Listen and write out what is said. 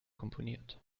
komponiert